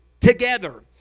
together